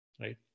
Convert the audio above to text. right